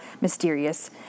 mysterious